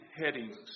headings